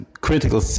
critical